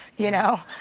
you know.